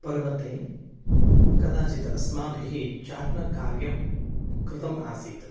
पर्वते कदाचित् अस्माभिः चारणकार्यं कृतम् आसीत्